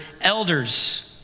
elders